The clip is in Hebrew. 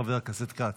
חבר הכנסת כץ.